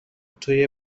توی